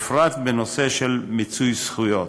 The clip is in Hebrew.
בפרט בנושא של מיצוי זכויות.